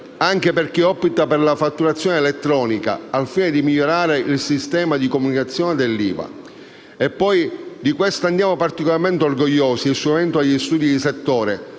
anche per chi opta per la fatturazione elettronica, al fine di migliorare il sistema di comunicazione dell'IVA. E poi - e di questo andiamo particolarmente orgogliosi - il superamento degli studi di settore,